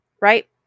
Right